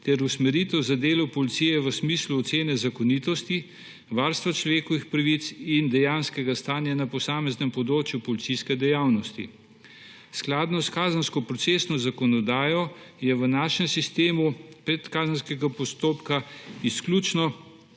ter usmeritev za delo policije v smislu ocene zakonitosti, varstva človekovih pravic in dejanskega stanja na posameznem področju policijske dejavnosti. Skladno s kazensko procesno zakonodajo je v našem sistemu predkazenskega postopka izključno